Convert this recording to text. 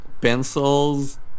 pencils